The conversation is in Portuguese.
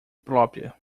própria